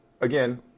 again